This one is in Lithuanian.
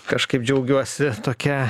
kažkaip džiaugiuosi tokia